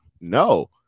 no